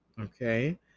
okay